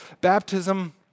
baptism